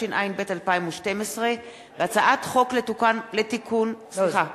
התשע"ב 2012. תודה.